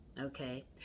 okay